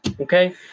Okay